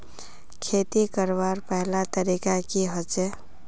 खेती करवार पहला तरीका की होचए?